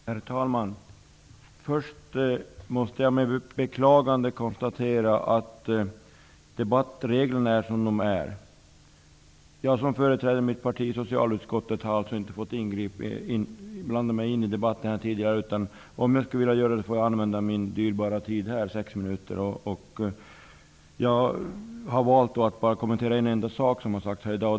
Herr talman! Först måste jag med beklagande konstatera att debattreglerna är som de är. Jag som företräder mitt parti i socialutskottet har alltså inte fått blanda mig i debatten tidigare. Om jag skulle vilja göra det får jag använda min dyrbara tid i detta anförande, sex minuter. Jag har valt att bara kommentera en enda sak som har sagts här i dag.